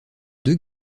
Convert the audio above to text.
deux